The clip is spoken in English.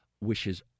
wishes